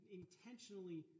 intentionally